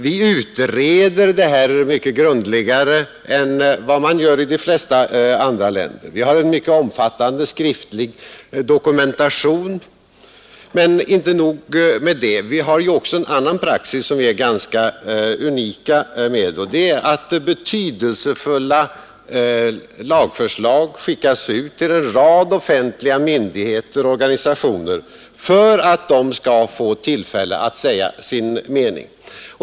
Vi utreder sådana här frågor mycket grundligare än vad man gör i de flesta andra länder. Vi har en mycket omfattande skriftlig dokumentation. Men inte nog med det. Vi har ju också en annan praxis som är unik för oss, och det är att betydelsefulla lagförslag skickas ut till en rad offentliga myndigheter och organisationer för att de skall få tillfälle att säga sin mening.